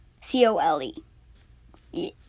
C-O-L-E